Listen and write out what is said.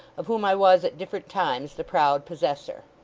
of whom i was, at different times, the proud possessor.